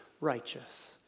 righteous